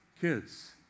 kids